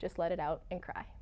just let it out and cry